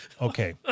Okay